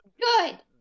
Good